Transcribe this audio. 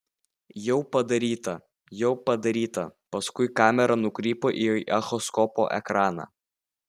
jau padaryta jau padaryta paskui kamera nukrypo į echoskopo ekraną